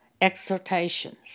exhortations